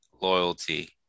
loyalty